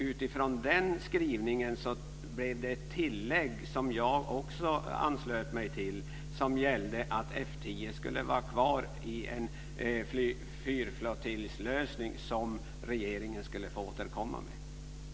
Utifrån den skrivningen blev det ett tillägg som jag också anslöt mig till och som gällde att F 10 skulle vara kvar i en fyrflottiljslösning som regeringen skulle få återkomma med.